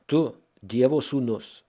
tu dievo sūnus